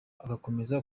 agakomeza